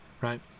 Right